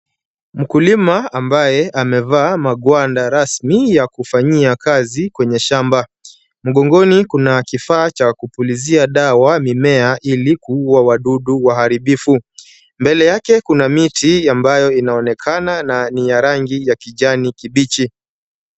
Mkulima ambaye amevaa maguanda rasmi ya kufanyia kazi kwenye shamba. Mgongoni kuna kifaa cha kupulizia dawa mimea ili kuua wadudu waharibifu. Mbele yake kuna miti ambayo inaonekana na ni ya rangi ya kijani kibichi.